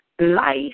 life